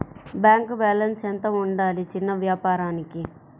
Bank balance ఎంత ఉండాలి చిన్న వ్యాపారానికి?